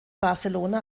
barcelona